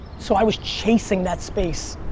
so i was chasing that space.